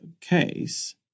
case